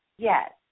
Yes